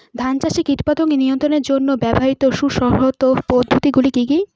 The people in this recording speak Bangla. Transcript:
ধান চাষে কীটপতঙ্গ নিয়ন্ত্রণের জন্য ব্যবহৃত সুসংহত পদ্ধতিগুলি কি কি?